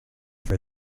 for